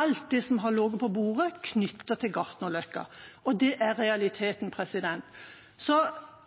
alt det som har ligget på bordet knyttet til Gartnerløkka, og det er realiteten.